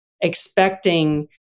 expecting